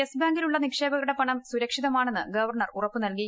യെസ്ബാങ്കിലുള്ള നിക്ഷേപകരുടെ പണം സുരക്ഷിതമാണെന്ന് ഗവർണർ ഉറപ്പു നൽകി